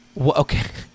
Okay